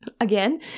again